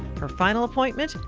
her final appointment,